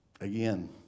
Again